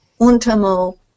Untamo